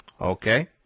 Okay